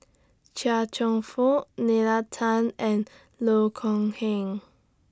Chia Cheong Fook Nalla Tan and Loh Kok Heng